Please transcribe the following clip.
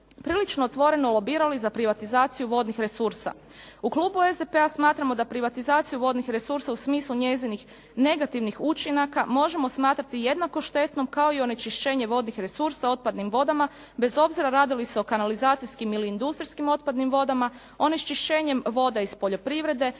prilično otvoreno lobirali za privatizaciju vodnih resursa. U klubu SDP-a smatramo da privatizaciju vodnih resursa u smislu njezinih negativnih učinaka možemo smatrati jednako štetnom kao i onečišćenje vodnih resursa otpadnim vodama bez obzira radi li se o kanalizacijskim ili industrijskim otpadnim vodama, onečišćenjem voda iz poljoprivrede,